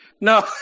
No